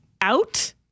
out